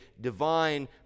divine